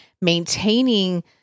maintaining